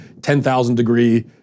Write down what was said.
10,000-degree